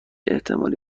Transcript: احتمالی